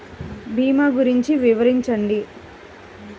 భీమా గురించి వివరించండి?